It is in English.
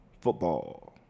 Football